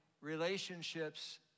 relationships